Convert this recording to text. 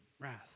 wrath